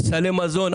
סלי מזון,